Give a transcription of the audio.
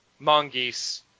Mongeese